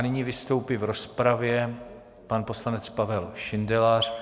Nyní vystoupí v rozpravě pan poslanec Pavel Šindelář.